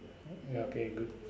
ya okay good